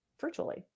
virtually